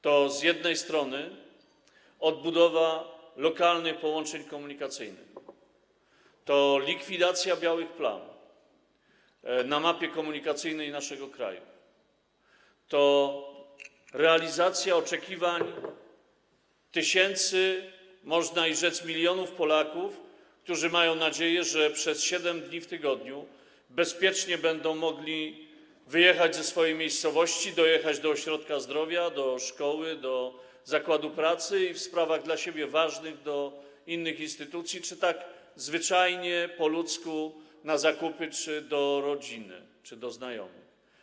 To odbudowa lokalnych połączeń komunikacyjnych, to likwidacja białych plam na mapie komunikacyjnej naszego kraju, to realizacja oczekiwań tysięcy, można rzec: milionów Polaków, którzy mają nadzieję, że przez 7 dni w tygodniu będą mogli bezpiecznie wyjechać ze swojej miejscowości, dojechać do ośrodka zdrowia, do szkoły, do zakładu pracy i w sprawach dla siebie ważnych do innych instytucji czy tak zwyczajnie po ludzku na zakupy, do rodziny czy do znajomych.